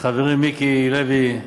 חברי מיקי לוי,